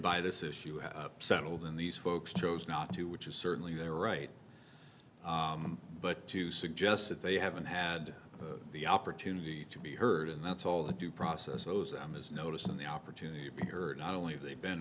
by this issue up settled in these folks chose not to which is certainly their right but to suggest that they haven't had the opportunity to be heard and that's all the due process owes them is notice and the opportunity to be heard not only they've been